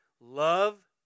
love